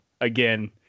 Again